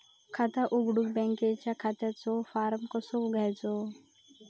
खाता उघडुक बँकेच्या खात्याचो फार्म कसो घ्यायचो?